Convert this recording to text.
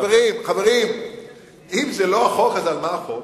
חברים, אם זה לא החוק, אז על מה החוק?